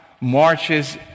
marches